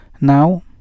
now